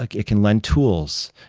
like it can lend tools,